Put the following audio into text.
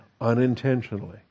unintentionally